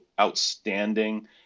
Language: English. outstanding